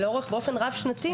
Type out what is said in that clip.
ואפשר לראות את זה באופן רב שנתי.